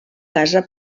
casa